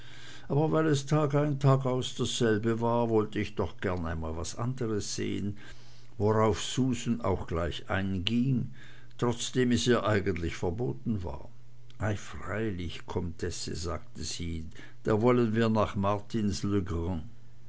aber weil es tagaus tagein dasselbe war wollt ich doch gern einmal was andres sehen worauf susan auch gleich einging trotzdem es ihr eigentlich verboten war ei freilich comtesse sagte sie da wollen wir nach